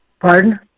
Pardon